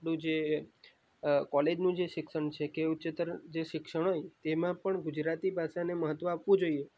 જે કોલેજનું જે શિક્ષણ છે કે ઉચ્ચતર જે શિક્ષણ હોય તેમાં પણ ગુજરાતી ભાષાને મહત્ત્વ આપવું જોઈએ